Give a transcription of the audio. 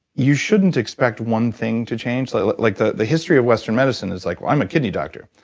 you shouldn't expect one thing to change like like the the history of western medicine is like i'm a kidney doctor.